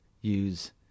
use